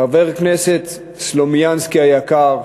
חבר הכנסת סלומינסקי היקר,